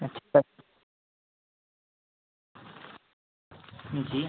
अच्छा सर जी